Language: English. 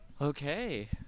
okay